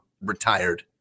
retired